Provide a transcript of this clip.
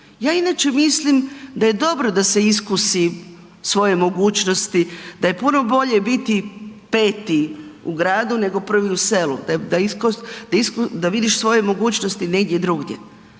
ja inače mislim da je dobro da se iskusi svoje mogućnosti, da je puno bolje biti peti u gradu, nego prvi u selu, da vidiš svoje mogućnosti negdje drugdje,